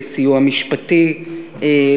שמחתי והייתי גאה על כך שנתבקשתי לברך אותך.